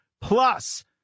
plus